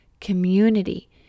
community